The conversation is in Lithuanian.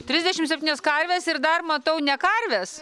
trisdešim septynios karvės ir dar matau ne karvės